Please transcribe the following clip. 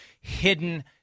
hidden